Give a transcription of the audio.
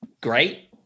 Great